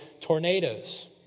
tornadoes